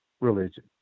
Religion